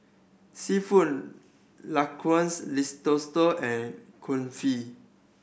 Seafood Linguine Risotto and Kulfi